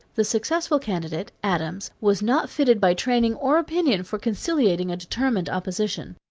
the successful candidate, adams, was not fitted by training or opinion for conciliating a determined opposition.